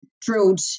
drilled